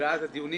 ואז הדיונים